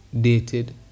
dated